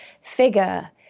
figure